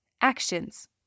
Actions